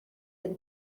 then